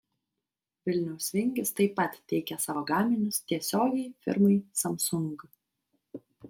vilniaus vingis taip pat teikia savo gaminius tiesiogiai firmai samsung